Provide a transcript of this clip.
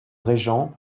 régent